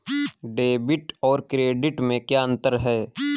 Debit और credit में क्या अंतर है?